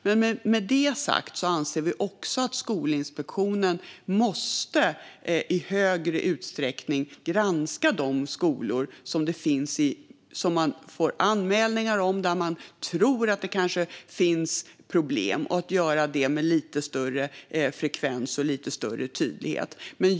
Men med det sagt anser vi också att Skolinspektionen i större utsträckning måste granska de skolor man får anmälningar om och där man tror att det finns problem och göra detta med lite större frekvens och tydlighet.